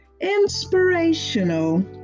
inspirational